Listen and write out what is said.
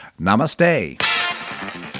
Namaste